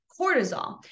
cortisol